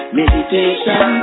meditation